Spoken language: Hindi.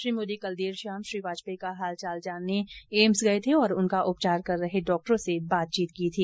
श्री मोदी कल देर शाम श्री वाजपेयी का हालचाल जानने एम्स गये थे और उनका उपचार कर रहे डाक्टरों से बातचीत की थी